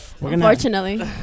Unfortunately